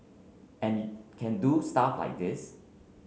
and can do stuff like this